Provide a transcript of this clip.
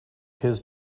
his